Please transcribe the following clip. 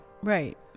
Right